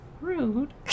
Rude